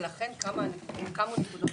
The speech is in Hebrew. ולכן הוקמו נקודות שירות.